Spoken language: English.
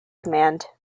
command